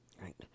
Right